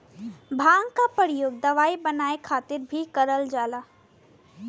भांग क परयोग दवाई बनाये खातिर भीं करल जाला